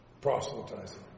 proselytizing